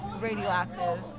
Radioactive